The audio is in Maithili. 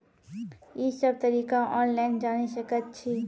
ई सब तरीका ऑनलाइन जानि सकैत छी?